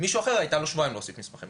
ולמישהו אחר היו שבועיים להוסיף מסמכים.